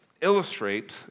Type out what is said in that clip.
illustrate